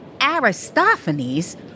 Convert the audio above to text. Aristophanes